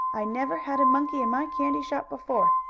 i never had a monkey in my candy shop before.